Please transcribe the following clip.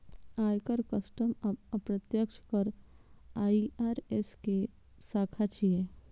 आयकर, कस्टम आ अप्रत्यक्ष कर आई.आर.एस के शाखा छियै